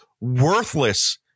worthless